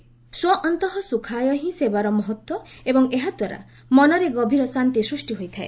ସ୍ୱଅନ୍ତଃ ସୁଖାୟ ହିଁ ସେବାର ମହତ୍ତ୍ୱ ଏବଂ ଏହାଦ୍ୱାରା ମନରେ ଗଭୀର ଶାନ୍ତି ସୃଷ୍ଟି ହୋଇଥାଏ